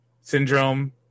syndrome